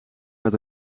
met